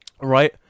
Right